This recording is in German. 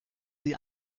sie